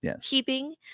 keeping